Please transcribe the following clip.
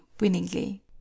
winningly